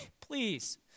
please